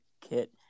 kit